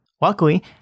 Luckily